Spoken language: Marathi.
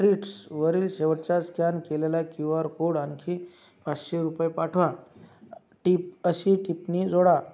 स्ट्रीट्सवरील शेवटच्या स्कॅन केलेल्या क्यू आर कोड आणखी पाचशे रुपये पाठवा टिप अशी टिपणी जोडा